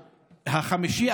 החמישי,